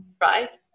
right